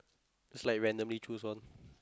it's like randomly choose one